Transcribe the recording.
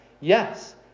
Yes